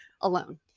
alone